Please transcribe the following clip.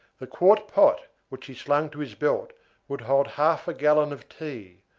the quart pot which he slung to his belt would hold half a gallon of tea,